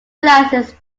realises